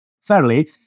fairly